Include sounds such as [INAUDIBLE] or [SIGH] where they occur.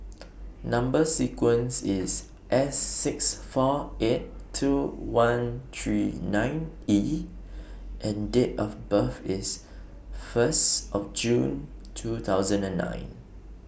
[NOISE] Number sequence IS S six four eight two one three nine E and Date of birth IS First of June two thousand and nine